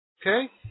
Okay